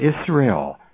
Israel